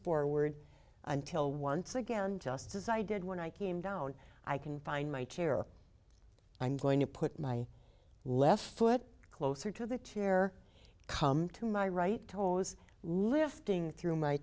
forward until once again just as i did when i came down i can find my chair i'm going to put my left foot closer to the tear come to my right toes lifting through my